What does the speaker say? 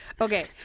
Okay